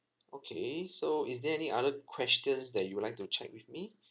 okay so is there any other questions that you'd like to check with me